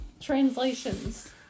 translations